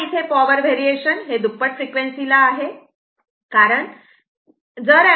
तेव्हा इथे power variation हे दुप्पट फ्रिक्वेन्सी ला आहे कारण हे आहे